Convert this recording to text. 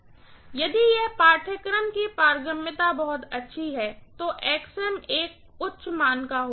इसलिए यदि पाठ्यक्रम की पारगम्यता बहुत अच्छी है तो एक बहुत ही उच्च मान होगा